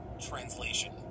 Translation